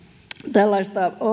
tällaista